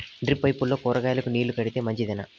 Drip పైపుల్లో కూరగాయలు నీళ్లు కడితే మంచిదేనా?